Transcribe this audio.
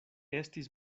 estis